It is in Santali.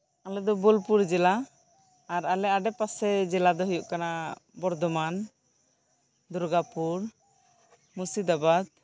ᱟᱞᱮ ᱫᱚ ᱵᱳᱞᱯᱩᱨ ᱡᱮᱞᱟ ᱟᱨ ᱟᱰᱮ ᱯᱟᱥᱮ ᱡᱮᱞᱟ ᱫᱚ ᱦᱩᱭᱩᱜ ᱠᱟᱱᱟ ᱵᱚᱨᱫᱷᱚᱢᱟᱱ ᱫᱩᱨᱜᱟ ᱯᱩᱨ ᱢᱩᱨᱥᱤᱫᱟᱵᱟᱫᱽ